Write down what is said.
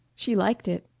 she liked it.